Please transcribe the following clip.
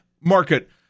market